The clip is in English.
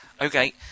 Okay